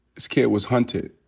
this kid was hunted.